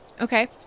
Okay